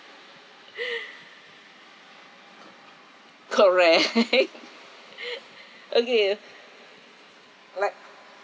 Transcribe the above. correct okay uh like